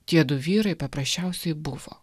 tiedu vyrai paprasčiausiai buvo